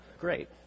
great